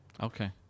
Okay